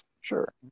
Sure